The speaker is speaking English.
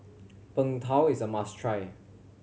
Png Tao is a must try